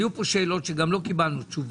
היו פה שאלות שגם לא קיבלנו תשובות.